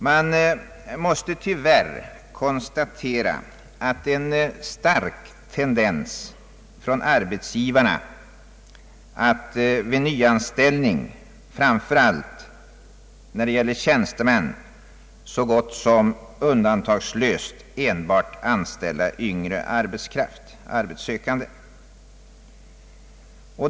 Man måste tyvärr konstatera en stark tendens hos arbetsgivarna att vid nyanställningar — framför allt av tjänstemän — så gott som undantagslöst anta yngre arbetssökande.